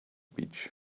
beach